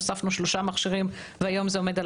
הוספנו שלושה מכשירים והיום זה עומד על